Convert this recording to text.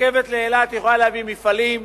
רכבת לאילת יכולה להביא מפעלים,